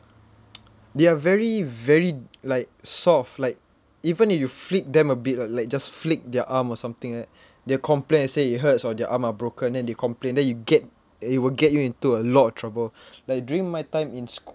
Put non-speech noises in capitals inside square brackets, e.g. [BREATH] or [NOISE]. [NOISE] they are very very d~ like soft like even if you flick them a bit ah like just flick their arm or something like that they'll complain and say it hurts or their arm are broken and they complain then you get i~ it will get you into a lot of trouble [BREATH] like during my time in school